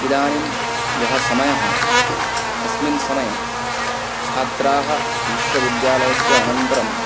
इदानीं यः समयः अस्मिन् समये छात्राः विश्वविद्यालयस्य अनन्तरं